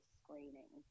screening